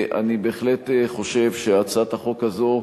אני בהחלט חושב שהצעת החוק הזאת,